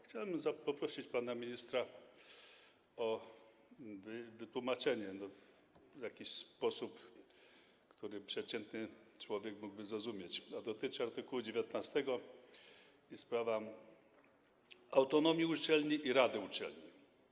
Chciałbym poprosić pana ministra o wytłumaczenie w jakiś sposób, który przeciętny człowiek mógłby zrozumieć tego, czego dotyczy art. 19, czyli sprawy autonomii uczelni i rady uczelni.